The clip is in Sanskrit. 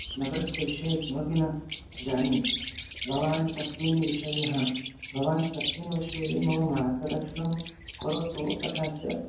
नगरस्य विषये किमपि न जाने भवान् तस्मिन् विषयः भवान् तस्मिन् विषये मम मार्गदर्शनं करोतु तथा च